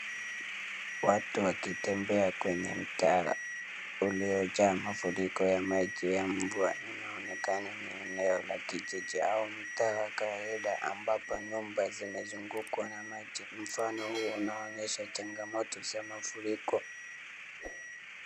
Watu wakitembea kwenye mtara uliojaa mafuriko ya maji ya mvua inaonekana ni eneo la kijiji ama mta wa kawaida ambapo nyumba zimezungukwa na maji, mfano huu unaonyesha changamoto za mafuriko .